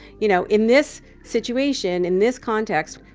you know, in this situation, in this context,